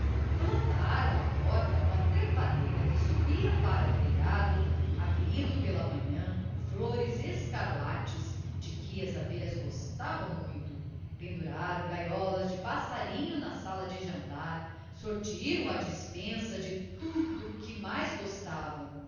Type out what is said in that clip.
plantaram à porta uma trepadeira que subia para o telhado abrindo pela manhã flores escarlates de que as abelhas gostavam muito penduraram gaiolas de passarinho na sala de jantar sortiram a despensa de tudo que mais gostavam